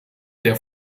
der